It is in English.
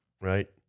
right